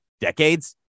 Decades